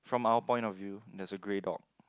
from our point of view there is a grey dog